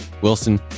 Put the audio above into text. Wilson